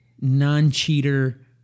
non-cheater